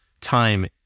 time